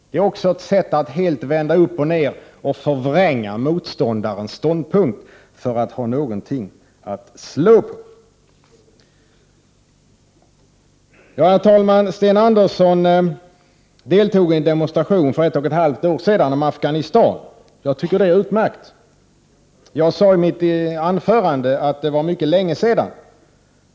Det är också ett sätt att helt vända upp och ned på begreppen och förvränga motståndarens ståndpunkt för att ha någonting att slå på. Fru talman! Sten Andersson deltog i en demonstration för ett och ett halvt år sedan om Afghanistan. Jag tycker det är utmärkt. Jag sade i mitt anförande att det var mycket länge sedan.